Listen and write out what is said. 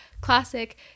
classic